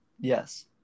yes